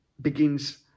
begins